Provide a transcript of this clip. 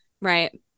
Right